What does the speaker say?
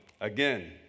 Again